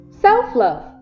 Self-love